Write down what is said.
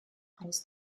aus